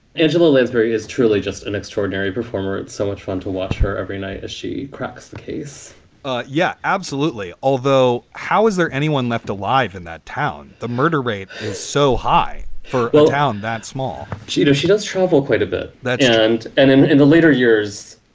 angela lansbury is truly just an extraordinary performer. it's so much fun to watch her every night as she cracks the case yeah, absolutely. although how is there anyone left alive in that town? the murder rate is so high for a town that small she does you know she does travel quite a bit and and in and the later years,